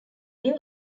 new